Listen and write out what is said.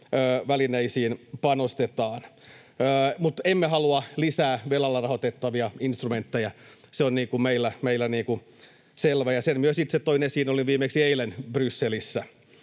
välineisiin panostetaan. Mutta emme halua lisää velalla rahoitettavia instrumentteja, se on meillä selvä, ja sen myös itse toin esiin. Olin viimeksi eilen Brysselissä.